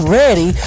ready